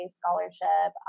scholarship